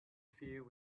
field